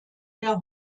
der